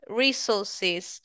resources